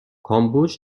کامبوج